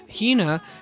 Hina